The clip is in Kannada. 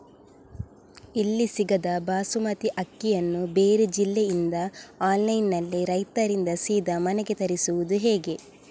ಇಲ್ಲಿ ಸಿಗದ ಬಾಸುಮತಿ ಅಕ್ಕಿಯನ್ನು ಬೇರೆ ಜಿಲ್ಲೆ ಇಂದ ಆನ್ಲೈನ್ನಲ್ಲಿ ರೈತರಿಂದ ಸೀದಾ ಮನೆಗೆ ತರಿಸುವುದು ಹೇಗೆ?